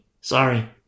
Sorry